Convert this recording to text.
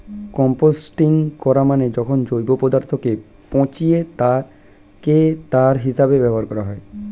composting করা মানে যখন জৈব পদার্থকে পচিয়ে তাকে সার হিসেবে ব্যবহার করা হয়